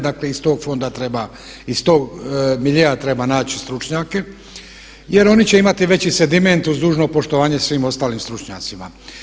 Dakle, iz tog fonda treba, iz tog miljea treba naći stručnjake jer oni će imati veći sediment uz dužno poštovanje svim ostalim stručnjacima.